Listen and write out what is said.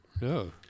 No